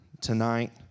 tonight